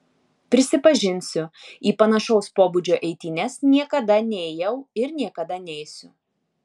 prisipažinsiu į panašaus pobūdžio eitynes niekada neėjau ir niekada neisiu